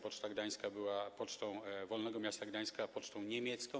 Poczta Gdańska była pocztą Wolnego Miasta Gdańska, pocztą niemiecką.